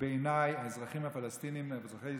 ובעיניי האזרחים הפלסטינים הם אזרחי ישראל,